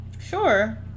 Sure